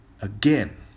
again